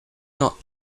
not